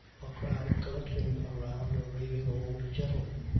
a crowd collecting around a raving old gentleman.